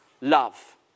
Love